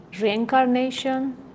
reincarnation